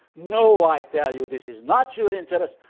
no, i tell you, this is not your interest.